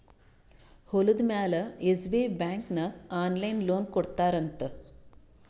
ಹೊಲುದ ಮ್ಯಾಲ SBI bank ನಾಗ್ ಆನ್ಲೈನ್ ಲೋನ್ ಕೊಡ್ತಾರ್ ಅಂತ್